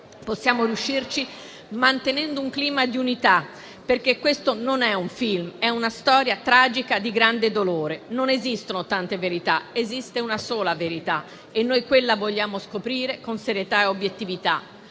Possiamo riuscirci mantenendo un clima di unità, perché questo non è un film, ma una storia tragica di grande dolore. Non esistono tante verità; esiste una sola verità e noi quella vogliamo scoprire, con serietà e obiettività.